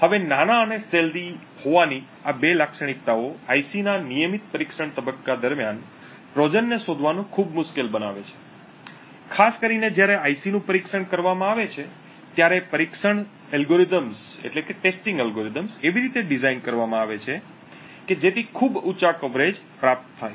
હવે નાના અને છુપા હોવાની આ બે લાક્ષણિકતાઓ આઈસી ના નિયમિત પરીક્ષણ તબક્કા દરમિયાન ટ્રોજનને શોધવાનું ખૂબ મુશ્કેલ બનાવે છે ખાસ કરીને જ્યારે આઈસી નું પરીક્ષણ કરવામાં આવે છે ત્યારે પરીક્ષણ એલ્ગોરિધમ્સ એવી રીતે ડિઝાઇન કરવામાં આવે છે કે જેથી ખૂબ ઊંચા કવરેજ પ્રાપ્ત થાય